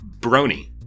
Brony